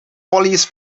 police